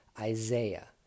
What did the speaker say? Isaiah